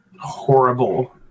horrible